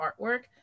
artwork